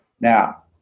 Now